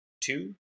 Two